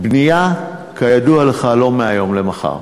בנייה, כידוע לך, לא מהיום למחר.